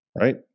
right